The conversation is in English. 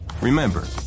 Remember